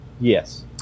Yes